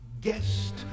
guest